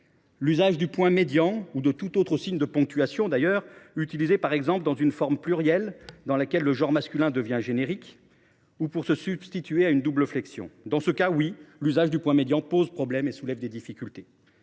L’usage du point médian ou de tout autre signe de ponctuation, utilisé, par exemple, dans une forme plurielle dans laquelle le genre masculin devient générique ou pour se substituer à une double flexion, pose en revanche un problème et soulève des difficultés.